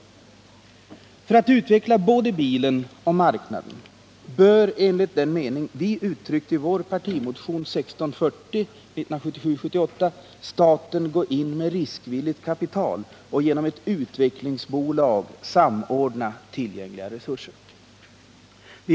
För att man skall kunna utveckla både bilen och marknaden bör enligt den mening vi uttryckt i vår partimotion 1977/78:1640 staten gå in med riskvilligt kapital och genom ett utvecklingsbolag samordna tillgängliga resurser.